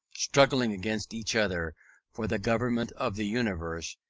struggling against each other for the government of the universe,